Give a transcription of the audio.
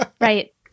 right